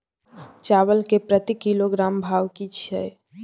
चावल के प्रति किलोग्राम भाव की छै?